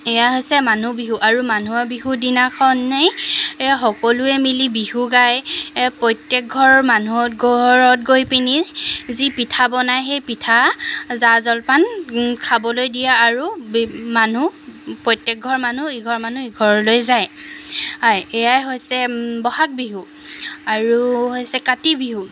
এয়া হৈছে মানুহ বিহু আৰু মানুহৰ বিহু দিনাখনেই সকলোৱে মিলি বিহু গায় প্ৰত্যেক ঘৰ মানুহৰ ঘৰত গৈ পিনি যি পিঠা বনাই সেই পিঠা জা জলপান খাবলৈ দিয়ে আৰু মানুহ প্ৰত্যেক ঘৰ মানুহ ইঘৰ মানুহ সিঘৰলৈ যায় এয়াই হৈছে বহাগ বিহু আৰু হৈছে কাতি বিহু